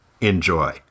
Enjoy